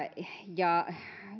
ja